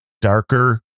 darker